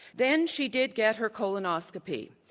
then she did get her colonoscopy.